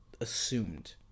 assumed